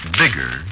bigger